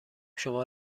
شما